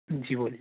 जी बोलिए